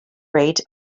rate